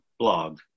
blog